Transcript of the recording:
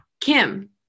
Kim